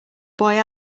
boy